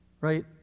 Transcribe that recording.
Right